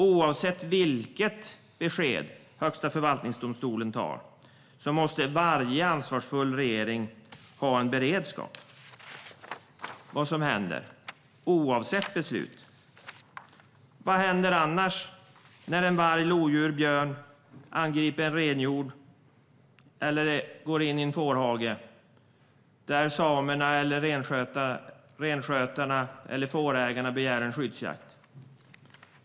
Oavsett vilket beslut Högsta förvaltningsdomstolen tar måste varje ansvarsfull regering ha en beredskap för vad som händer. Vad händer annars när en varg, ett lodjur eller en björn angriper en renhjord eller går in i en fårhage, där renskötarna eller fårägarna begär en skyddsjakt?